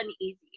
uneasy